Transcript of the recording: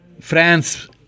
France